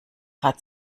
grad